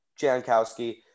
Jankowski